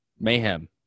Mayhem